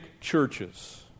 churches